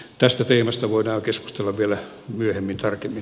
tästä teemasta voidaan keskustella vielä myöhemmin tarkemmin